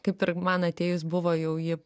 kaip ir man atėjus buvo jau ji